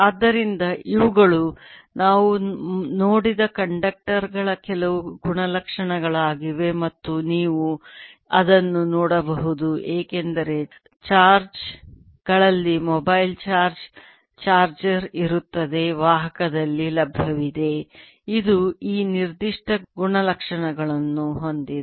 ಆದ್ದರಿಂದ ಇವುಗಳು ನಾವು ನೋಡಿದ ಕಂಡಕ್ಟರ್ ಗಳ ಕೆಲವು ಗುಣಲಕ್ಷಣಗಳಾಗಿವೆ ಮತ್ತು ನೀವು ಅದನ್ನು ನೋಡಬಹುದು ಏಕೆಂದರೆ ಚಾರ್ಜ್ ಗಳಲ್ಲಿ ಮೊಬೈಲ್ ಚಾರ್ಜ್ ಚಾರ್ಜರ್ ಇರುತ್ತದೆ ವಾಹಕದಲ್ಲಿ ಲಭ್ಯವಿದೆ ಇದು ಈ ನಿರ್ದಿಷ್ಟ ಗುಣಲಕ್ಷಣಗಳನ್ನು ಹೊಂದಿದೆ